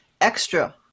extra –